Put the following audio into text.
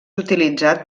utilitzat